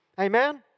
Amen